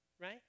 Right